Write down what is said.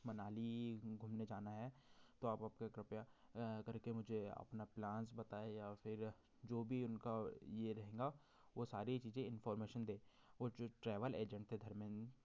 मनाली घूमने जाना है तो आप आपके कृपया कर के मुझे अपने प्लान्स बताएं या फिर जो भी उनका ये रहेगा वो सारी चीज़ें इंफॉर्मेशन दें वो जो ट्रेवल एजेंट थे धर्मेन्द्र